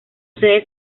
sede